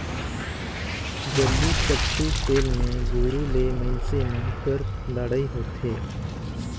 जल्लीकट्टू खेल मे गोरू ले मइनसे मन कर लड़ई होथे